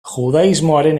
judaismoaren